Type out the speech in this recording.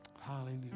Hallelujah